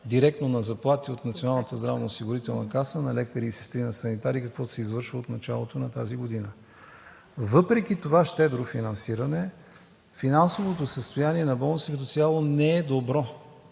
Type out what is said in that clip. здравноосигурителна каса на лекари и сестри, на санитари, каквото се извършва от началото на тази година. Въпреки това щедро финансиране, финансовото състояние на болниците като цяло не е добро.